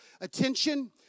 attention